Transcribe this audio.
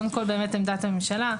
קודם כול, עמדת הממשלה.